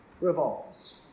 revolves